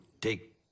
take